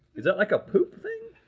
is that like a poop thing?